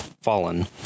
Fallen